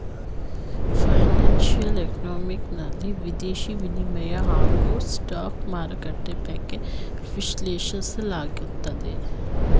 financial economics ನಲ್ಲಿ ವಿದೇಶಿ ವಿನಿಮಯ ಹಾಗೂ ಸ್ಟಾಕ್ ಮಾರ್ಕೆಟ್ ಬಗ್ಗೆ ವಿಶ್ಲೇಷಿಸಲಾಗುತ್ತದೆ